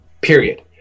period